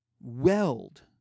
weld